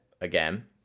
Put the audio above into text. again